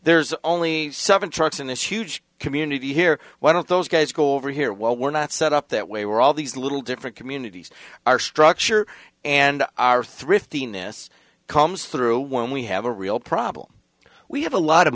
there's only seven trucks in this huge community here why don't those guys go over here well we're not set up that way we're all these little different communities our structure and our thriftiness comes through when we have a real problem we have a lot of